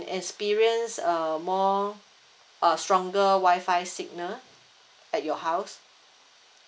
experience um more err stronger Wi-Fi signal at your house